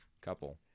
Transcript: Couple